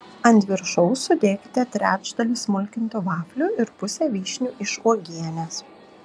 ant viršaus sudėkite trečdalį smulkintų vaflių ir pusę vyšnių iš uogienės